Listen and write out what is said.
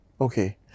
okay